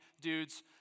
dudes